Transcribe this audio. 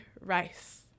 rice